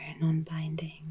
non-binding